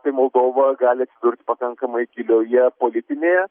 tai moldova gali atsidurti pakankamai gilioje politinėje